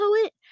poet